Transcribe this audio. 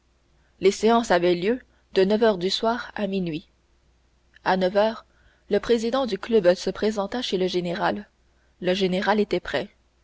les séances avaient lieu de neuf heures du soir à minuit à neuf heures le président du club se présenta chez le général le général était prêt